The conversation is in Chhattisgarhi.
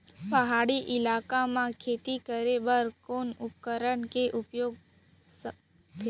पहाड़ी इलाका म खेती करें बर कोन उपकरण के उपयोग ल सकथे?